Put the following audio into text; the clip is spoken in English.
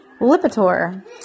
Lipitor